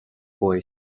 boy